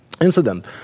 incident